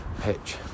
pitch